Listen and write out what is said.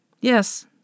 Yes